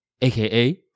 aka